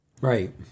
Right